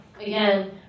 again